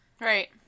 Right